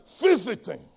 visiting